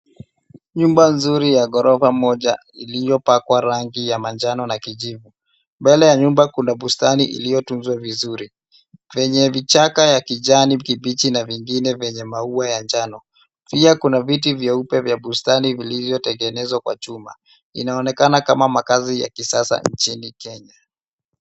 Nyumba nzuri ya ghorofa moja iliyopakwa rangi ya manjano na kijivu. Mbele ya nyumba kuna bustani iliyotunzwa vizuri vyenye vichaka ya kijani kibichi na vingine vyenye maua ya njano. Pia kuna viti vyeupe vya bustani vilivyotengenezwa kwa chuma. Inaonekana kama makazi ya kisasa nchini Kenya.